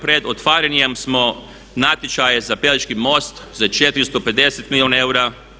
Pred otvaranjem smo natječaja za Pelješki most za 450 milijuna eura.